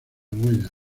huellas